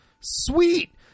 Sweet